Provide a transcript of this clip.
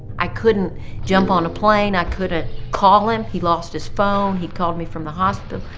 i couldn't jump on a plane, i couldn't call him. he lost his phone, he called me from the hospital.